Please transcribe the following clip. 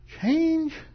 Change